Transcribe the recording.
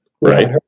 Right